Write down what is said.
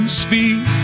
speak